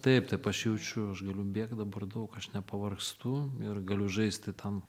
taip taip aš jaučiu aš galiu bėgt dabar daug aš nepavargstu ir galiu žaisti tam